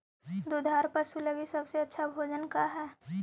दुधार पशु लगीं सबसे अच्छा भोजन का हई?